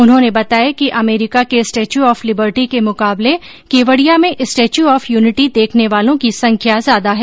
उन्होने बताया कि अमरीका के स्टैच्यू ऑफ लिबर्टी के मुकाबले केवडिया में स्टैच्यू ऑफ यूनिटी देखने वालों की संख्या ज्यादा है